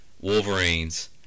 wolverines